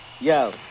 Yo